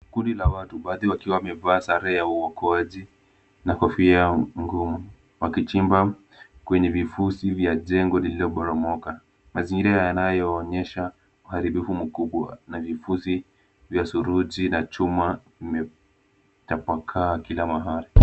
Kundi la watu baadhi wakiwa wamevaa sare ya uokoaji na kofia ngumu wakichimba kwenye vifusi vya jengo lililoporomoka. Mazingira yanayoonyesha uharibifu mkubwa na vifusi vya saruji na chuma vimetapakaa kila mahali.